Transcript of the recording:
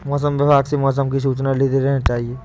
मौसम विभाग से मौसम की सूचना लेते रहना चाहिये?